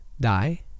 die